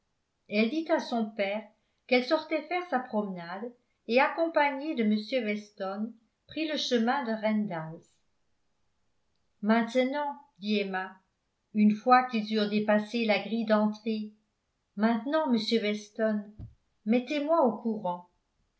elle dit à son père qu'elle sortait faire sa promenade et accompagnée de m weston prit le chemin de randalls maintenant dit emma une fois qu'ils eurent dépassé la grille d'entrée maintenant monsieur weston mettez-moi au courant